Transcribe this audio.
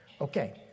Okay